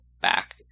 back